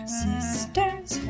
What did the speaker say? sisters